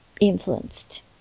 influenced